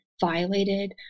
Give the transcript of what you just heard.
violated